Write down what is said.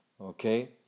Okay